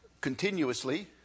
continuously